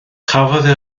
cafodd